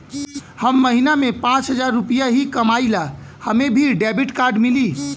हम महीना में पाँच हजार रुपया ही कमाई ला हमे भी डेबिट कार्ड मिली?